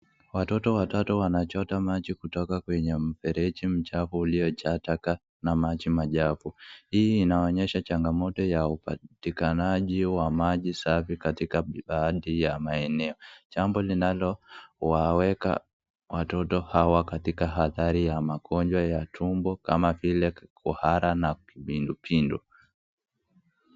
Watoto watatu wanachota maji kutoka kwenye mfereji mchafu uliojaa takataka na maji machafu, hii inaonyesha changamoto ya upatiakanaji wa maji safi katika baadhi ya maeneo, jambo linalowaweka watoto hawa katika hatari ya magonjwa ya tumbo kama vile kuhara na kipindu pindu.